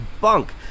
bunk